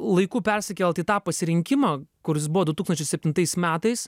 laiku persikelt į tą pasirinkimą kuris buvo du tūkstančiai septintais metais